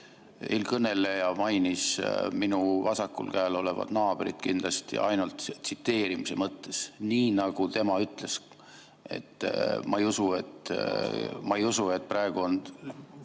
Eelkõneleja mainis minu vasakul käel olevat naabrit kindlasti ainult tsiteerimise mõttes. Nii nagu tema ütles. Ma ei usu, et praegu on